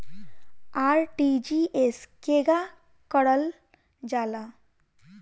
RTGS केगा करलऽ जाला?